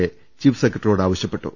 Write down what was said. A chief സെക്രട്ടറിയോട് ആവശ്യപ്പെട്ടു